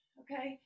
okay